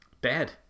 Bad